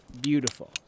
beautiful